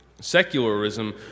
secularism